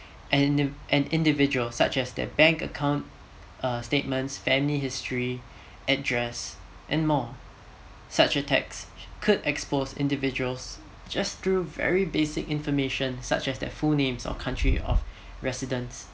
an in~ an individual such as their bank account uh statement family history address and more such attacks could expose individuals just through very basic information such as the full name or country or residence